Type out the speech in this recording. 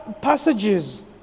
passages